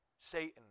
Satan